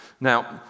Now